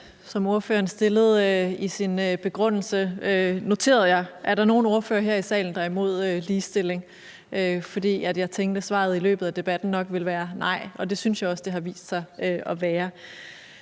som ordføreren stillede i sin begrundelse, noterede jeg som: Er der nogen ordførere her i salen, der er imod ligestilling? For jeg tænkte, at svaret i løbet af debatten nok ville være nej, og det synes jeg også det har vist sig at være.